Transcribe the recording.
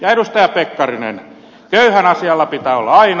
ja edustaja pekkarinen köyhän asialla pitää olla aina